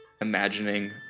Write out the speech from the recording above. imagining